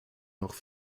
noch